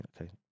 okay